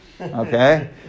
okay